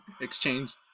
exchange